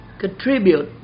contribute